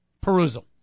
perusal